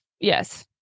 Yes